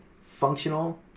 Functional